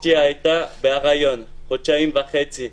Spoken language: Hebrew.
אשתי הייתה בהיריון חודשיים וחצי,